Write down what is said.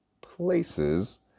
places